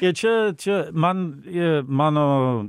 i čia čia man i mano